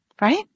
right